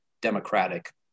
democratic